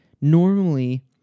normally